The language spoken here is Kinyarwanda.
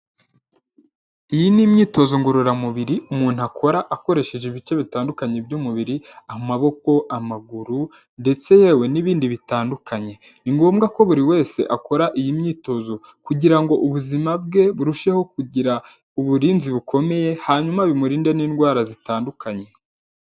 Iyi ni imyitozo ngororamubiri umuntu akora akoresheje ibice bitandukanye by'umubiri; amaboko, amaguru, ndetse yewe n'ibindi bitandukanye. Ni ngombwa ko buri wese akora iyi myitozo, kugira ngo ubuzima bwe burusheho kugira uburinzi bukomeye, hanyuma bimurinde n'indwara zitandukanye.